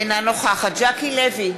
אינה נוכחת ז'קי לוי,